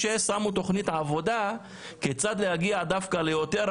אני יזמתי את הדיון הזה גם בכעס וגם בעצב רב - לגלות שאוכלוסייה כל כך